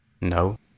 No